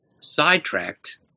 sidetracked